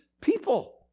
people